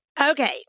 Okay